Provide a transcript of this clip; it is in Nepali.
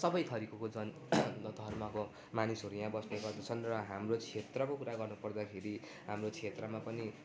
सबै थरीकोको छन् धर्मको मानिसहरू यहाँ बस्ने गर्दछन् र हाम्रो क्षेत्रको कुरा गर्नु पर्दाखेरि हाम्रो क्षेत्रमा पनि